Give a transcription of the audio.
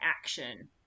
action